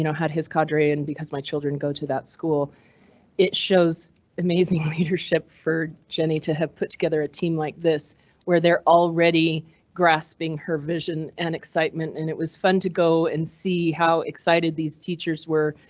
you know his cadre and because my children go to that school it shows amazing leadership for jenny to have put together a team like this where they're already grasping her vision, an excitement and it was fun to go and see how excited these teachers were.